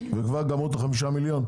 וכבר גמרו את ה-5 מיליון.